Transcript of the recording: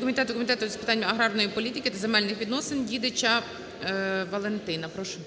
Комітету з питань аграрної політики та земельних відносин Дідича Валентина. Прошу.